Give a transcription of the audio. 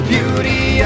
Beauty